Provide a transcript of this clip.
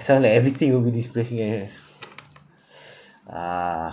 sound like everything will be depressing anyway ah